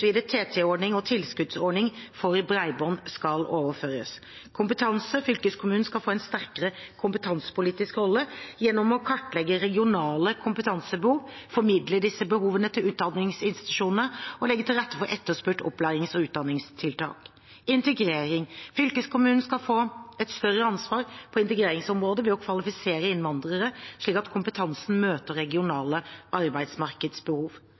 og tilskuddsordning for bredbånd skal overføres. Kompetanse: Fylkeskommunene skal få en sterkere kompetansepolitisk rolle gjennom å kartlegge regionale kompetansebehov, formidle disse behovene til utdanningsinstitusjonene og legge til rette for etterspurte opplærings- og utdanningstiltak. Integrering: Fylkeskommunene skal få et større ansvar på integreringsområdet ved å kvalifisere innvandrere, slik at kompetansen møter regionale arbeidsmarkedsbehov.